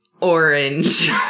orange